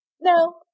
No